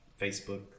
Facebook